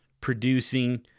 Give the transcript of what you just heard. producing